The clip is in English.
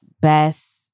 best